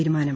തീരുമാനം